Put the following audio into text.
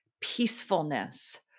peacefulness